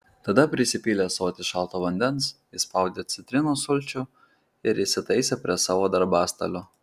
tada prisipylė ąsotį šalto vandens įspaudė citrinos sulčių ir įsitaisė prie savo darbastalio